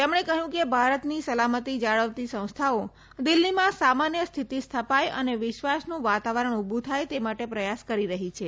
તેમણે કહ્યું કે ભારતની સલામતી જાળવતી સંસ્થાઓ દિલ્હીમાં સામાન્ય સ્થિતી સ્થપાય અને વિશ્વાસનું વાતાવરણ ઉભુ થાય તે માટે પ્રયાસો કરી રહી છે